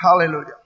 Hallelujah